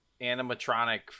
animatronic